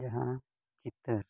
ᱡᱟᱦᱟᱸ ᱪᱤᱛᱟᱹᱨ